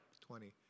Twenty